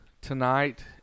tonight